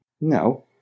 No